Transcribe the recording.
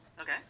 Okay